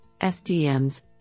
SDMs